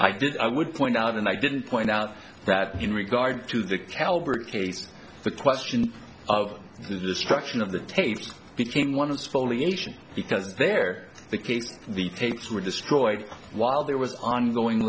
i did i would point out and i didn't point out that in regard to the caliber of case the question of the destruction of the tapes became one of spoliation because there the case the tapes were destroyed while there was ongoing